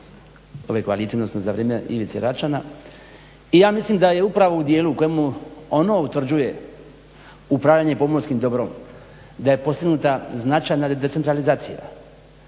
ove koalicije, odnosno za vrijeme Ivice Račana i ja mislim da je upravo u dijelu u kojemu ono utvrđuje upravljanje pomorskim dobrom da je postignuta značajna decentralizacija.